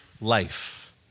life